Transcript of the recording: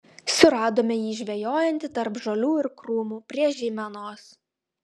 suradome jį žvejojantį tarp žolių ir krūmų prie žeimenos